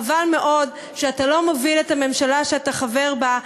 חבל מאוד שאתה לא מוביל את הממשלה שאתה חבר בה,